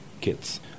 kits